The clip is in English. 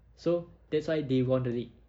so that's why they won the league